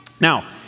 Now